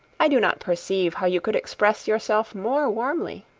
i do not perceive how you could express yourself more warmly.